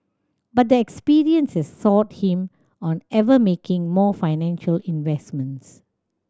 but the experience has soured him on ever making more financial investments